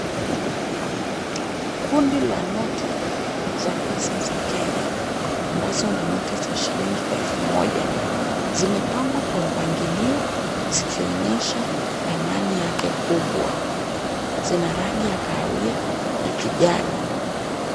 Kundi la noti za pesa za Kenya ambazo ni noti za shilingi elfu moja. Zimepangwa kwa mpangilio zikionyesha thamani yake kubwa. Zina rangi ya kahawia na kijani.